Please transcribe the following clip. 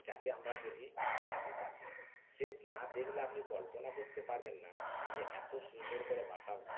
যাকে আমরা বলি তাঁতি পাখি সে না দেখলে আপনি কল্পনা করতে পারবেন না যে এতো সুন্দর করে বাসা